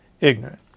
ignorant